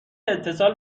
اتصال